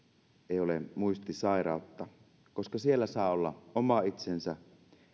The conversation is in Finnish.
ei ole muistisairautta koska siellä saa olla oma itsensä